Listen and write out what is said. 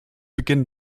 beginn